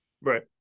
Right